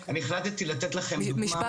החלטתי לתת לכם דוגמה